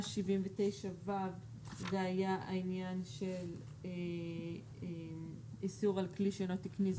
179ו זה היה העניין של סיור על כלי שאינו תקני,